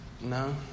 No